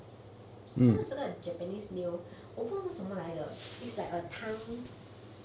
他的这个 japanese meal 我不懂是什么来的 is like a 汤